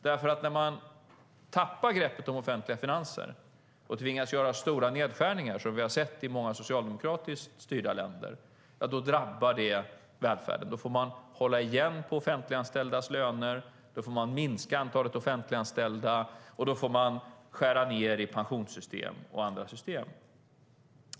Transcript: När man tappar greppet om de offentliga finanserna och tvingas göra stora nedskärningar, som vi har sett i många socialdemokratiskt styrda länder, drabbar det välfärden. Då får man hålla igen på offentliganställdas löner, minska antalet offentliganställda och skära ned i pensionssystem och andra system.